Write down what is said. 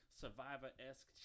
Survivor-esque